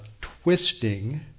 twisting